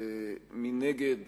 ומנגד